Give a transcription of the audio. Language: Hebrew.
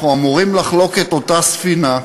אנחנו אמורים לחלוק את אותה ספינה,